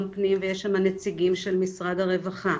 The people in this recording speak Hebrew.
פנים ויש שם נציגים של משרד הרווחה.